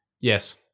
Yes